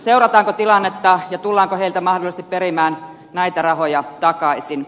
seurataanko tilannetta ja tullaanko heiltä mahdollisesti perimään näitä rahoja takaisin